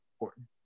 important